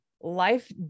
life